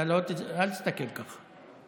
אל תסתכל ככה.